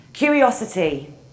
Curiosity